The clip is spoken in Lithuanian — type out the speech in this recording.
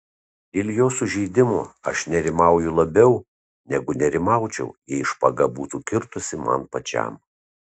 dėl jo sužeidimo aš nerimauju labiau negu nerimaučiau jei špaga būtų kirtusi man pačiam